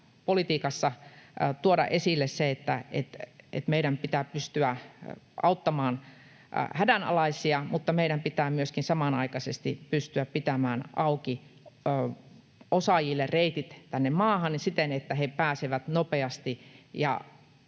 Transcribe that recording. politiikassa tuoda esille se, että meidän pitää pystyä auttamaan hädänalaisia, mutta meidän pitää myöskin samanaikaisesti pystyä pitämään auki osaajille reitit tänne maahan siten, että he pääsevät nopeasti